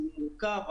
הוא מורכב,